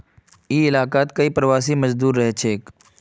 ई इलाकात कई प्रवासी मजदूर रहछेक